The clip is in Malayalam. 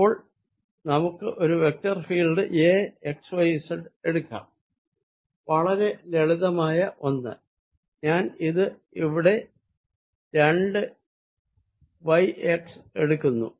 അപ്പോൾ നമുക്ക് ഒരു vector field A xy z എടുക്കാം വളരെ ലളിതമായ ഒന്ന് ഞാൻ ഇത് രണ്ട് y x എടുക്കുന്നു